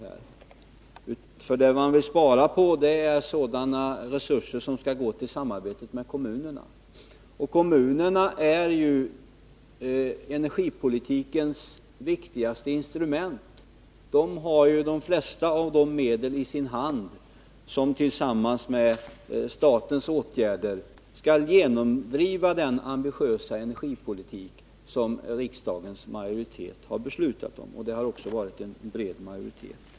Det moderaterna vill spara på är nämligen sådana resurser som skall gå till samarbete med kommunerna, och kommunerna är ju energipolitikens viktigaste instrument. De har de flesta av de medel i sin hand som tillsammans med statens åtgärder skall genomdriva den ambitiösa energipolitik som riksdagens majoritet har beslutat om — och det har också varit en bred majoritet.